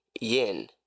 yin